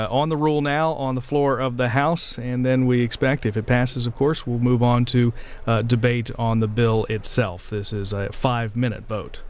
on the rule now on the floor of the house and then we expect if it passes of course we'll move on to debate on the bill itself this is a five minute